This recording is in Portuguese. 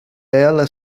ela